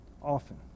often